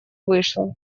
вышла